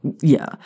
Yeah